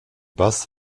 bass